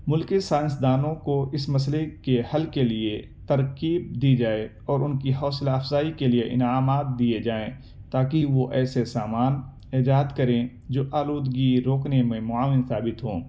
ملکی سائنسدانوں کو اس مسئلے کے حل کے لیے ترغیب دی جائے اور ان کی حوصلہ افزائی کے لیے انعامات دیئے جائیں تاکہ وہ ایسے سامان ایجاد کریں جو آلودگی روکنے میں معاون ثابت ہوں